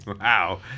Wow